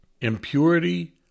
impurity